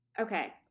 Okay